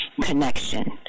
connection